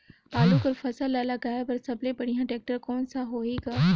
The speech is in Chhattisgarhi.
आलू कर फसल ल लगाय बर सबले बढ़िया टेक्टर कोन सा होही ग?